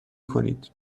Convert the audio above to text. کنید